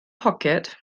poced